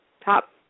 top